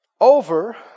Over